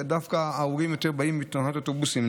ודווקא ההרוגים באים יותר מתאונות אוטובוסים.